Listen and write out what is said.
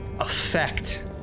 Effect